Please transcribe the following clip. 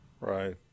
Right